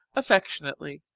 affectionately,